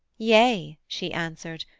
yea, she answered,